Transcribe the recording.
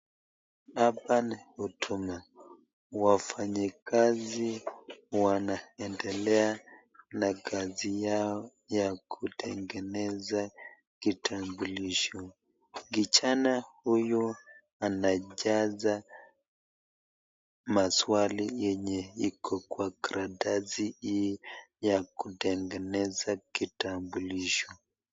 Hapa ni huduma, wafanyakazi wanaendelea na kazi yao ya kutengeneza kitambulisho. Kijana huyu anajaza maswali yenye iko kwa karatasi hii ya kutengeneza kitambulisho.